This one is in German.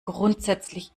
grundsätzlich